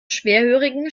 schwerhörigen